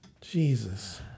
Jesus